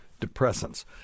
depressants